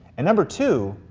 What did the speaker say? and number two,